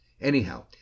anyhow